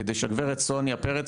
כדי שהגברת סוניה פרץ,